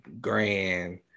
grand